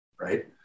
right